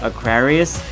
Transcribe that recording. Aquarius